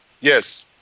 Yes